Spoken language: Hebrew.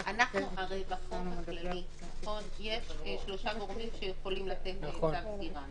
הרי בחוק הפלילי יש שלושה גורמים שיכולים לתת צו סגירה --- נכון.